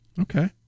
okay